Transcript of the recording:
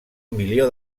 milió